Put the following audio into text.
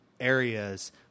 areas